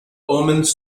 omens